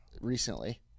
recently